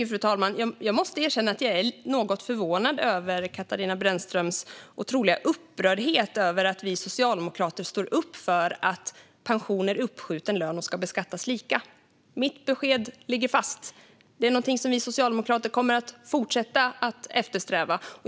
Fru talman! Jag måste erkänna att jag är något förvånad över Katarina Brännströms otroliga upprördhet över att vi socialdemokrater står upp för att pension är uppskjuten lön och ska beskattas lika. Mitt besked ligger fast. Detta är någonting som vi socialdemokrater kommer att fortsätta att eftersträva.